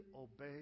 obey